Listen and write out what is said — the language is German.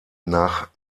nach